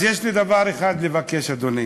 אז יש לי דבר אחד לבקש, אדוני: